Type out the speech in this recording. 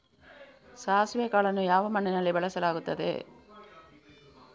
ಸಾಸಿವೆ ಕಾಳನ್ನು ಯಾವ ಮಣ್ಣಿನಲ್ಲಿ ಬೆಳೆಸಲಾಗುತ್ತದೆ?